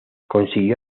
consiguió